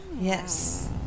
Yes